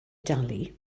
dalu